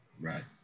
right